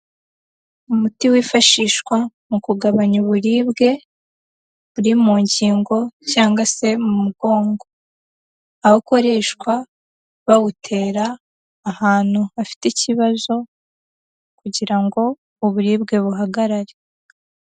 Umuti wifashishwa mu kugabanya uburibwe buri mu ngingo cyangwa se mu mugongo, aho ukoreshwa bawutera ahantu hafite ikibazo kugira ngo uburibwe buhagarare.